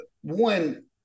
One